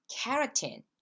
keratin